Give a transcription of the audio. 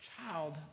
child